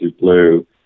blue